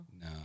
No